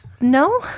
No